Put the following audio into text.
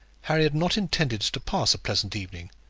harry had not intended to pass a pleasant evening,